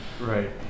right